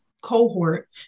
cohort